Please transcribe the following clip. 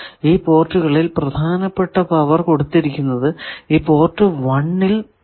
ഈ പോർട്ടുകളിൽ പ്രധാനമായ പവർ കൊടുത്തിരിക്കുന്നത് ഈ പോർട്ട് 1 ൽ ആണ്